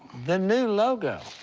the new logo.